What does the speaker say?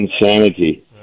insanity